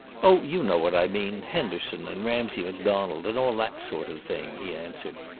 oh, you know what i mean, henderson and ramsay macdonald and all that sort of thing, he answered.